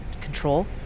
control